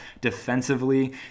defensively